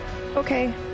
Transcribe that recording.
Okay